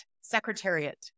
Secretariat